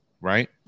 Right